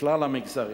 בכלל המגזרים,